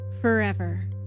forever